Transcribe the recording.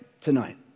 tonight